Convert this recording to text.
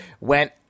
went